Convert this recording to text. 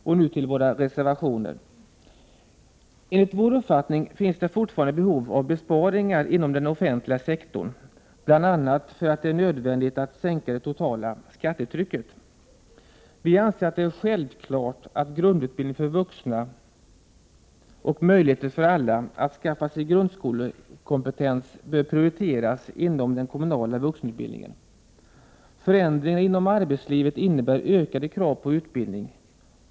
Och nu till en del av våra reservationer: Enligt vår uppfattning finns det fortfarande behov av besparingar inom den offentliga sektorn, bl.a. för att det är nödvändigt att sänka det totala skattetrycket. Vi anser det självklart att grundutbildning för vuxna och möjligheter för alla att skaffa sig grundskole 65 kompetens bör prioriteras inom den kommunala vuxenutbildningen. Förändringarna inom arbetslivet innebär ökade krav på utbildning.